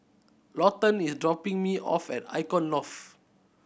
Lawton is dropping me off at Icon Loft